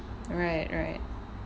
right right